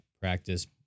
practice